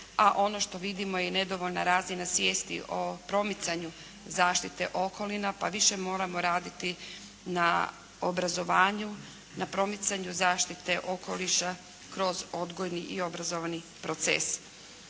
a ono što vidimo je i nedovoljna razina svijesti o promicanju zaštite okolina, pa više moramo raditi na obrazovanju, na promicanju zaštite okoliša kroz odgojni i obrazovani proces.